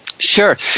Sure